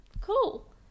cool